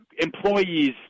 employees